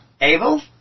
Abel